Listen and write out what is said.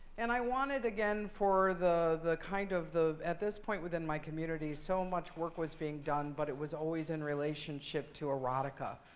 and i wanted, again, for the kind of at this point within my community, so much work was being done. but it was always in relationship to erotica.